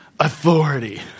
authority